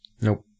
Nope